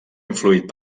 influït